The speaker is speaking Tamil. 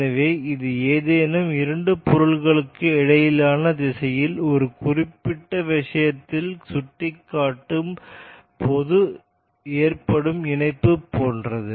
எனவே இது ஏதேனும் இரண்டு பொருள்களுக்கு இடையிலான திசையில் ஒரு குறிப்பிட்ட விஷயத்தில் சுட்டிக்காட்டும் போது ஏற்படும் இணைப்பு போன்றது